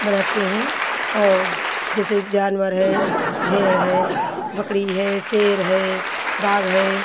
बनाते हैं और जैसे जानवर है भेड़ है बकड़ी है शेर है बाघ है